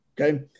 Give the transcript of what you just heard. Okay